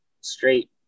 straight